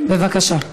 בבקשה.